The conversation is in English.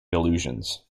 illusions